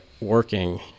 working